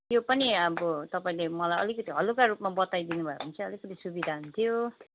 त्यो पनि अब तपाईँले मलाई अलिकति हलुका रूपमा बताइदिनुभयो भने चाहिँ अलिकति सुविधा हुन्थ्यो